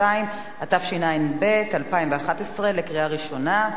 42), התשע"ב 2011, בקריאה ראשונה.